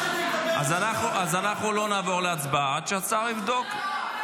אז אנחנו לא נעבור להצבעה עד שהשר יבדוק.